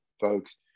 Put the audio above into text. folks